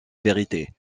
vérité